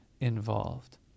involved